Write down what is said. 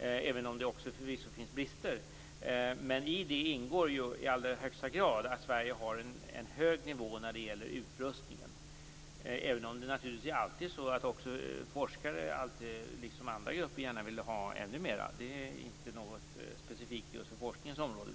även om det förvisso också finns brister. I detta ingår i allra högsta grad att Sverige har en hög nivå när det gäller utrustningen, även om forskare, liksom andra grupper, förstås alltid gärna vill ha ännu mer. Det är inte något specifikt just på forskningens område.